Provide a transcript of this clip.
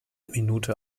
minute